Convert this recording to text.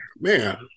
man